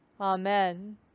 Amen